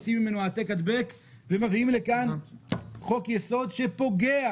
עושים ממנו "העתק-הדבק" ומביאים לכאן חוק-יסוד שפוגע